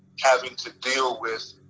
having to deal with